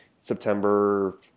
September